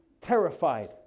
terrified